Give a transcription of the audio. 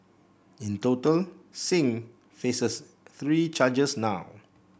in total Singh faces three charges now